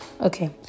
Okay